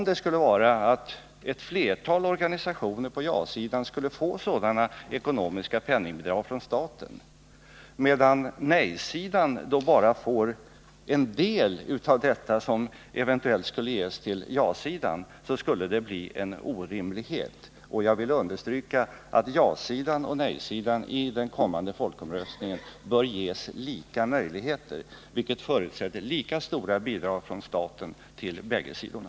Det skulle vara en orimlighet, om ett flertal organisationer på ja-sidan skulle få sådana ekonomiska penningbidrag från staten, medan nej-sidan bara får en del av det som eventuellt skulle ges till ja-sidan. Jag vill understryka att ja-sidan och nej-sidan i den kommande folkomröstningen bör ges lika möjligheter, vilket förutsätter lika stora bidrag från staten till båda sidorna.